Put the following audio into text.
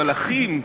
אבל אחים,